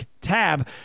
tab